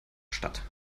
statt